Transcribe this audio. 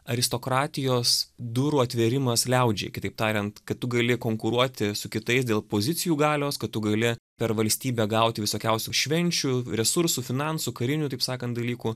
aristokratijos durų atvėrimas liaudžiai kitaip tariant kad tu gali konkuruoti su kitais dėl pozicijų galios kad tu gali per valstybę gauti visokiausių švenčių resursų finansų karinių taip sakant dalykų